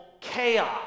chaos